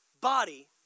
body